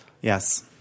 Yes